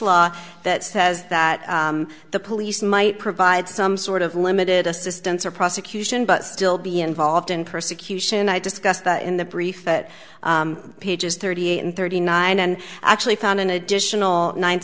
law that says that the police might provide some sort of limited assistance or prosecution but still be involved in persecution and i discussed in the brief that pages thirty eight and thirty nine and actually found an additional ninth